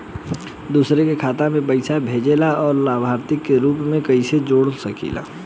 दूसरे के खाता में पइसा भेजेला और लभार्थी के रूप में कइसे जोड़ सकिले?